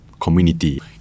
community